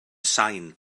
sain